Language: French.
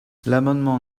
l’amendement